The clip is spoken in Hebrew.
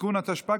(תיקון), התשפ"ג